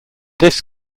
this